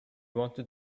wanted